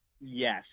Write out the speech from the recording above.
Yes